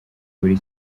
buri